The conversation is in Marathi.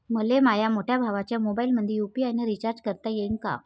मले माह्या मोठ्या भावाच्या मोबाईलमंदी यू.पी.आय न रिचार्ज करता येईन का?